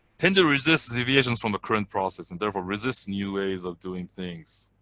tends to resist deviations from the current process and therefore resist new ways of doing things.